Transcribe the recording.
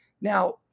Now